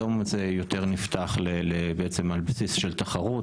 היום זה יותר נפתח בעצם על בסיס של תחרות,